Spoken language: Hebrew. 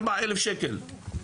4,000 שקלים.